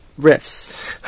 Riffs